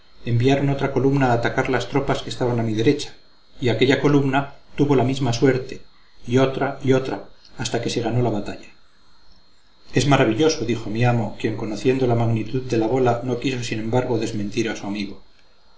enviaron otra columna a atacar las tropas que estaban a mi derecha y aquella columna tuvo la misma suerte y otra y otra hasta que se ganó la batalla es maravilloso dijo mi amo quien conociendo la magnitud de la bola no quiso sin embargo desmentir a su amigo